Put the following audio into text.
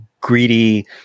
greedy